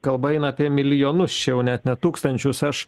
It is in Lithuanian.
kalba eina apie milijonus ča jau net ne tūkstančius aš